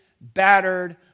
battered